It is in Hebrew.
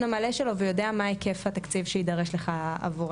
המלא שלו ויודע מה היקף התקציב שיידרש לך עבורו.